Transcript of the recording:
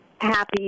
happy